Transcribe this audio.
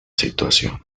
situación